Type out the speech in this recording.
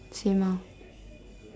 same ah